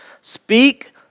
Speak